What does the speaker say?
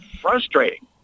frustrating